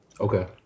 Okay